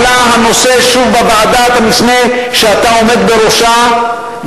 עלה הנושא שוב בוועדת המשנה שאתה עומד בראשה,